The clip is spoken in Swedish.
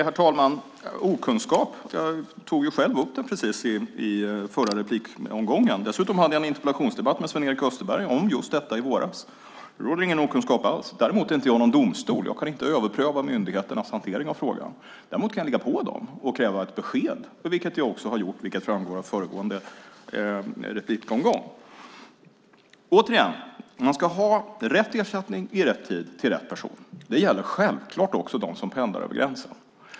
Herr talman! Okunskap? Jag tog ju själv upp domen i tidigare inlägg! Dessutom hade jag en interpellationsdebatt med Sven-Erik Österberg om just detta i våras. Det råder ingen okunskap alls om detta. Däremot är jag inte någon domstol. Jag kan inte överpröva myndigheternas hantering av frågan, men jag kan ligga på dem och kräva ett besked. Det har jag också gjort, vilket framgår av föregående replikomgång. Återigen: Man ska ha rätt ersättning i rätt tid till rätt person. Det gäller självklart också dem som pendlar över gränsen.